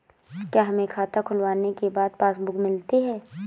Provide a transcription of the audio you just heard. क्या हमें खाता खुलवाने के बाद पासबुक मिलती है?